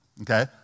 okay